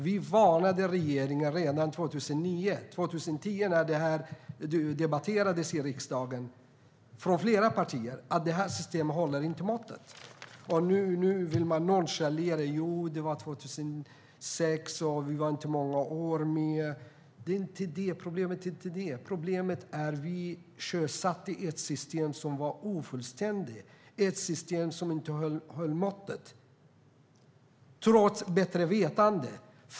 Vi varnade regeringen redan 2009 och 2010 när det här debatterades i riksdagen. Det gjordes från flera partier. Det här systemet höll inte måttet. Nu vill man nonchalera detta och säga: Jo, det var 2006. Vi var inte med i många år. Problemet är inte det. Problemet är att vi sjösatte ett system som var ofullständigt och som inte höll måttet. Det gjordes mot bättre vetande.